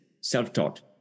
self-taught